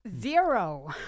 Zero